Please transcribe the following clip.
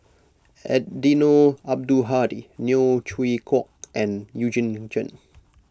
Eddino Abdul Hadi Neo Chwee Kok and Eugene Chen